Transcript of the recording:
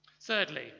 Thirdly